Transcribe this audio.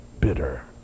bitter